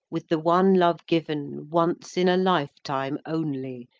with the one love given once in a lifetime only,